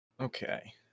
Okay